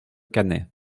cannet